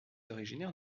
originaire